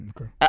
Okay